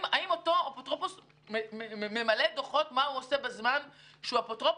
האם האפוטרופוס ממלא דוחות על מה שהוא עושה בזמן שהוא אפוטרופוס?